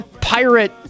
pirate